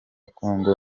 congo